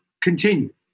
continue